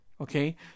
Okay